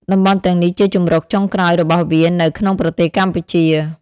តំបន់ទាំងនេះជាជម្រកចុងក្រោយរបស់វានៅក្នុងប្រទេសកម្ពុជា។